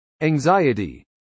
Anxiety